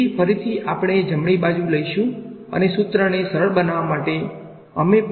તેથી ફરીથી આપણે જમણી બાજુ લઈશું અને સુત્રને સરળ બનાવવા માટે અમે ફક્ત x y ગ્રાફમાં પૅચ કરવા માટે પ્રયત્ન કરીશું